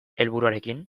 helburuarekin